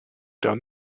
down